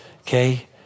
okay